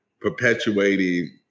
perpetuating